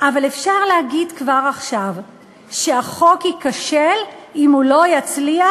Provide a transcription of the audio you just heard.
אבל אפשר להגיד כבר עכשיו שהחוק ייכשל אם הוא לא יצליח